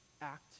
act